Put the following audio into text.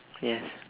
yes